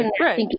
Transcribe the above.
Right